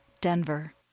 Denver